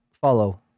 follow